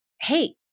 Hey